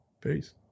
Peace